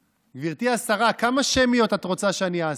גברתי השרה, כמה שמיות את רוצה שאני אעשה?